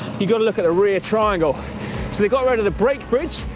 you've gotta look at the rear triangle. so they got rid of the brake bridge,